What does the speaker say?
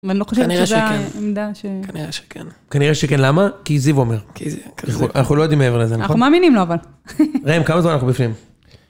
אני לא חושבת שזו העמדה ש... כנראה שכן. כנראה שכן, למה? כי זיו אומר. כי זיו, כי זיו. אנחנו לא יודעים מעבר לזה, נכון? אנחנו מאמינים לו, אבל. ראים כמה זמן אנחנו בפנים.